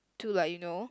to like you know